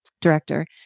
director